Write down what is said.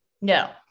No